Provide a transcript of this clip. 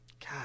god